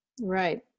Right